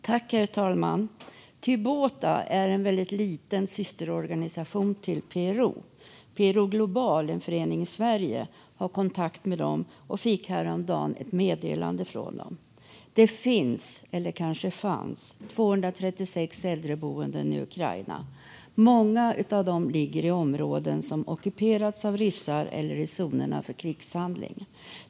Herr talman! Tyrbota är en väldigt liten systerorganisation till PRO. Föreningen PRO Global i Sverige har kontakt med dem och fick häromdagen ett meddelande från dem. Det finns, eller kanske fanns, 236 äldreboenden i Ukraina. Många av dem ligger i de områden som ockuperats av ryssar eller i zonerna för krigshandlingar.